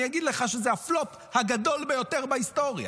אני אגיד לך שזה הפלופ הגדול ביותר בהיסטוריה,